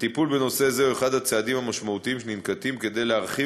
הטיפול בנושא זה הוא אחד הצעדים המשמעותיים שננקטים כדי להרחיב